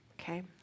okay